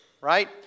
right